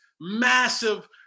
massive